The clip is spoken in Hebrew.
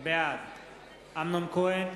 בעד אמנון כהן,